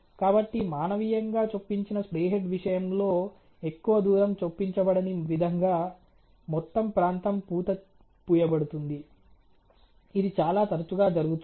కాబట్టి మానవీయంగా చొప్పించిన స్ప్రే హెడ్ విషయంలో ఎక్కువ దూరం చొప్పించబడని విధంగా మొత్తం ప్రాంతం పూత పూయబడుతుంది ఇది చాలా తరచుగా జరుగుతుంది